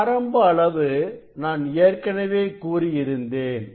ஆரம்ப அளவு நான் ஏற்கனவே கூறியிருந்தேன்